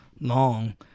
long